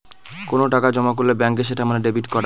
কোনো টাকা জমা করলে ব্যাঙ্কে সেটা মানে ডেবিট করা